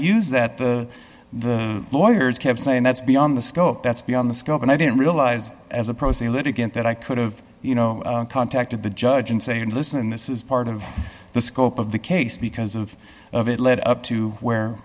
use that the the lawyers kept saying that's beyond the scope that's beyond the scope and i didn't realize as a pro se litigant that i could've you know contacted the judge and say listen this is part of the scope of the case because of of it lead up to where